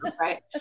right